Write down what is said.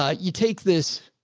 ah you take this.